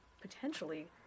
potentially